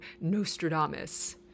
Nostradamus